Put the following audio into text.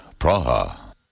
Praha